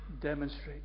demonstrate